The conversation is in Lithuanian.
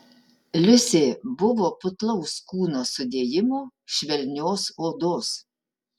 liusė buvo putlaus kūno sudėjimo švelnios odos